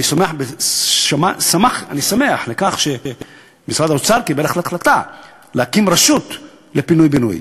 אני שמח על כך שמשרד האוצר החליט להקים רשות לפינוי-בינוי.